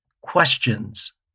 questions